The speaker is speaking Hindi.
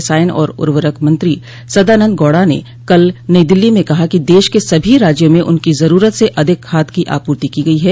रसायन और उर्वरक मंत्री सदानंद गौड़ा ने कल नई दिल्ली में कहा कि देश के सभी राज्यों में उनकी ज़रूरत से अधिक खाद की आपूर्ति की गयी है